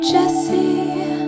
Jesse